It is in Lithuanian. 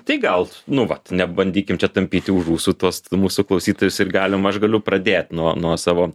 tai gal nu vat nebandykim čia tampyti už ūsų tuos mūsų klausytojus ir galim aš galiu pradėt nuo nuo savo